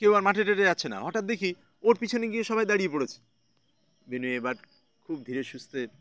কেউ আর মাঠে টাটে যাচ্ছে না হঠাৎ দেখি ওর পিছনে গিয়ে সবাই দাঁড়িয়ে পড়েছে বেনু এবার খুব ধীরে সুস্থের